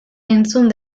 entzun